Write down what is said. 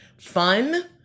fun